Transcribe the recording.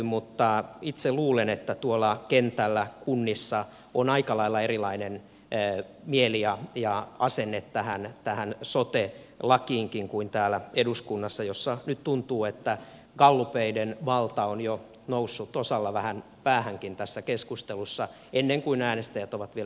mutta itse luulen että tuolla kentällä kunnissa on aika lailla erilainen mieli ja asenne tähän sote lakiinkin kuin täällä eduskunnassa jossa nyt tuntuu että gallupeiden valta on jo noussut osalla vähän päähänkin tässä keskustelussa ennen kuin äänestäjät ovat vielä yhtään ääntä antaneet